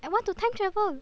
I want to time travel